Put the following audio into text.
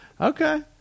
Okay